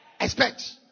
Expect